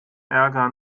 ärger